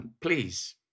Please